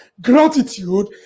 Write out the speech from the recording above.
Gratitude